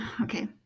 okay